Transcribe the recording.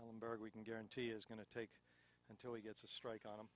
on bird we can guarantee is going to take until he gets a strike on